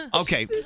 Okay